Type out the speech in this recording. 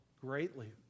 greatly